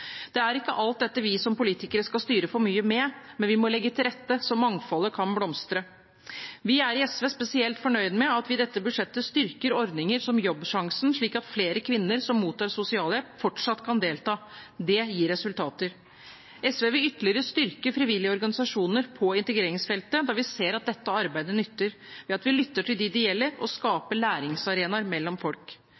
Det er ikke alt dette vi som politikere skal styre for mye med, men vi må legge til rette slik at mangfoldet kan blomstre. Vi er i SV spesielt fornøyd med at vi i dette budsjettet styrker ordninger som Jobbsjansen, slik at flere kvinner som mottar sosialhjelp, fortsatt kan delta. Det gir resultater. SV vil ytterligere styrke frivillige organisasjoner på integreringsfeltet, da vi ser at dette arbeidet nytter ved at vi lytter til dem det gjelder, og